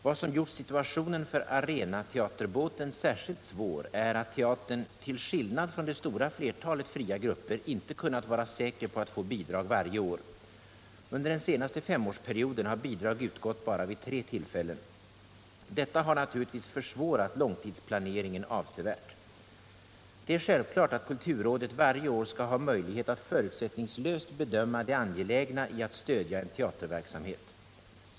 Vad som gjort situationen för Arenateaterbåten särskilt svår är att teatern, till skillnad från det stora flertalet fria grupper, inte kunnat vara säker på att få bidrag varje år. Under den senaste femårsperioden har bidrag utgått bara vid tre tillfällen. Detta har naturligtvis försvårat långtidsplaneringen avsevärt. Det är självklart att kulturrådet varje år skall ha möjlighet att förutsättningslöst bedöma det angelägna i att stödja en teaterverksamhet.